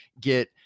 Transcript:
get